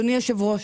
אדוני היושב-ראש,